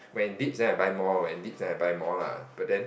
when it dips then I buy more when it dips then I buy more lah but then